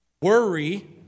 Worry